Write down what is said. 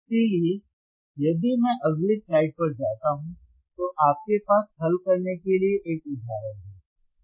इसलिए यदि मैं अगली स्लाइड पर जाता हूं तो आपके पास हल करने के लिए एक उदाहरण है